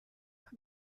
bei